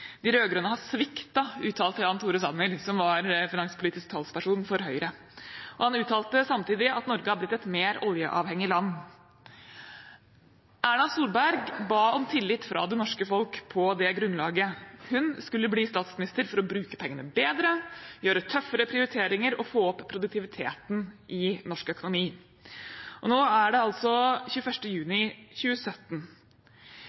De rød-grønne har sviktet, uttalte Jan Tore Sanner, som var finanspolitisk talsperson for Høyre. Han uttalte samtidig at Norge var blitt et mer oljeavhengig land. Erna Solberg ba om tillit fra det norske folk på det grunnlaget. Hun skulle bli statsminister for å bruke pengene bedre, gjøre tøffere prioriteringer og få opp produktiviteten i norsk økonomi. Nå er det altså